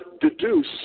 deduce